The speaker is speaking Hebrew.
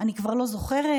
אני כבר לא זוכרת,